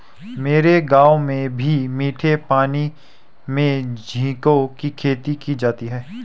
मेरे गांव में भी मीठे पानी में झींगे की खेती की जाती है